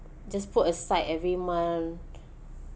just put aside every month